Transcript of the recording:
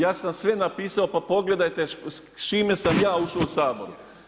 Ja sam sve napisao pa pogledajte s čime sam ja ušao u Sabor.